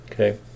Okay